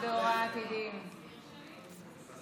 אתמול בוועדת החוקה קראתי לציבור לצאת